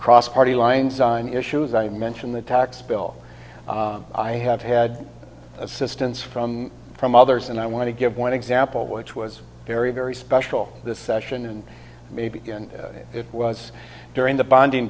crossed party lines on issues i mentioned the tax bill i have had assistance from from others and i want to give one example which was very very special this session and maybe it was during the bonding